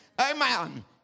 Amen